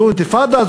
זו אינתיפאדה?